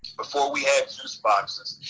before we had juice boxes.